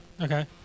Okay